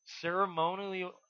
ceremonially